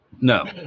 No